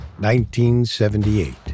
1978